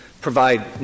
provide